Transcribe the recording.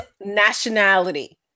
nationality